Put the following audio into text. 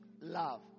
love